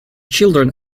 children